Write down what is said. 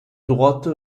droite